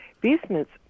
basements